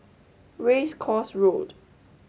Race Course Road